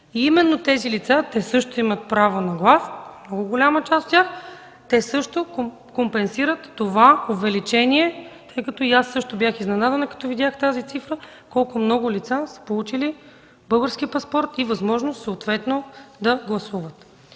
част от тези лица също имат право на глас, те също компенсират това увеличение. И аз също бях изненадана, като видях тази цифра, колко много лица са получили български паспорт и възможност съответно да гласуват.